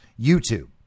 YouTube